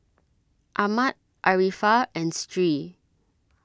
Ahmad Arifa and Stree